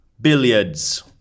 Billiards